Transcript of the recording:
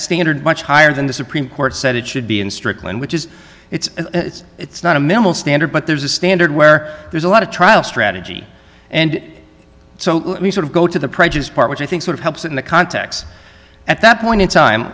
standard much higher than the supreme court said it should be in strickland which is it's it's not a minimal standard but there's a standard where there's a lot of trial strategy and so we sort of go to the prejudiced part which i think sort of helps in the context at that point in time